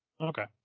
Okay